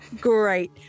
Great